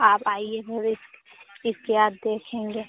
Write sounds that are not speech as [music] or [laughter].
आप आइए [unintelligible] इसके बाद देखेंगे